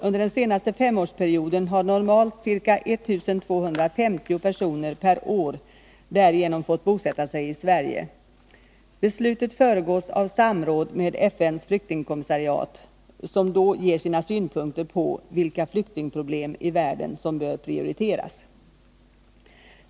Under den senaste femårsperioden har normalt ca 1 250 personer per år därigenom fått bosätta sig i Sverige. Beslutet föregås av samråd med FN:s flyktingkommissariat, som då ger sina synpunkter på vilka flyktingproblem i världen som bör prioriteras.